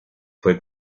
fue